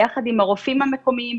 ביחד עם הרופאים המקומיים,